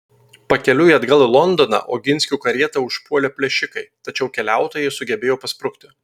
pakeliui atgal į londoną oginskių karietą užpuolė plėšikai tačiau keliautojai sugebėjo pasprukti